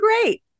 great